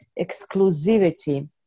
exclusivity